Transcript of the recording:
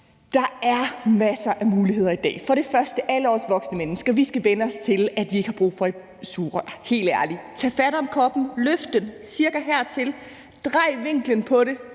Der er masser af muligheder i dag. Først og fremmest skal alle vi voksne mennesker vænne os til, at vi ikke har brug for et sugerør – helt ærligt. Tag fat om kroppen, løft den cirka hertil, drej vinklen på den,